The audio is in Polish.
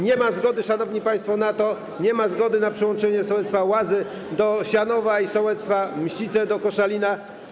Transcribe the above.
Nie ma zgody, szanowni państwo, na to, nie ma zgody na przyłączenie sołectwa Łazy do Sianowa i sołectwa Mścice do Koszalina.